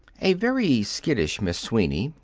a very skittish miss sweeney,